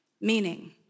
meaning